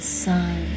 sun